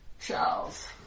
Charles